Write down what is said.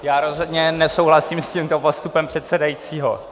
Já rozhodně nesouhlasím s tímto postupem předsedajícího.